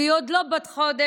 והיא עוד לא בת חודש,